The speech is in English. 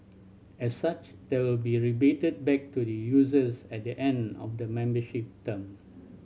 as such they will be rebated back to the users at the end of the membership term